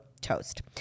toast